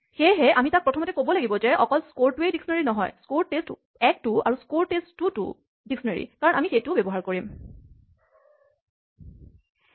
সেয়েহে আমি তাক প্ৰথমতে ক'ব লাগিব যে অকল স্ক'ৰটোৱেই ডিস্কনেৰীঅভিধান নহয় স্ক'ৰ টেষ্ট১ টোও আৰু স্ক'ৰ টেষ্ট২ টোও কাৰণ আমি সেইটোও ব্যৱহাৰ কৰিমেই